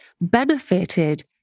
benefited